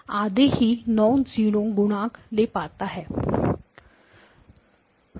आधे ही non zero गुणांक ले पाता है